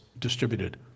distributed